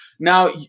Now